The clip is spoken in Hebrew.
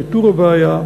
עם איתור הבעיה,